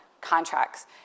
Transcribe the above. contracts